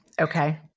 Okay